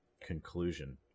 conclusion